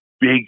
big